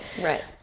Right